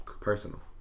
personal